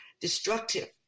destructive